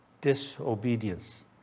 disobedience